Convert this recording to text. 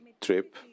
trip